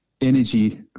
energy